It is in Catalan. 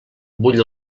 bull